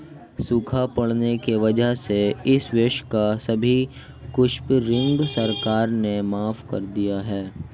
सूखा पड़ने की वजह से इस वर्ष का सभी कृषि ऋण सरकार ने माफ़ कर दिया है